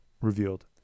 revealed